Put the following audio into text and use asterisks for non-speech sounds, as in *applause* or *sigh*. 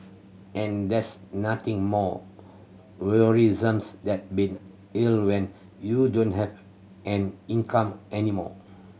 and there's nothing more worrisome *unintelligible* than being ill when you don't have an income any more